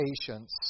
patience